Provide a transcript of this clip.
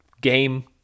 game